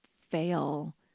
fail